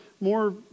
more